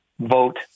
vote